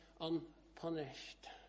unpunished